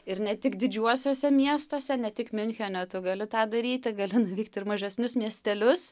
ir ne tik didžiuosiuose miestuose ne tik miunchene tu gali tą daryti gali nuvykt ir mažesnius miestelius